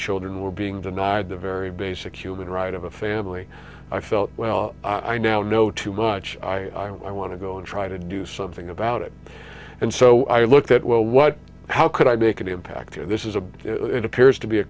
children were being denied the very basic human right of a family i felt well i now know too much i want to go and try to do something about it and so i looked at well what how could i make an impact and this is a it appears to be a